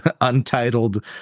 untitled